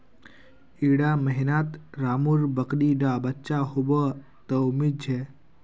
इड़ा महीनात रामु र बकरी डा बच्चा होबा त उम्मीद छे